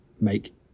make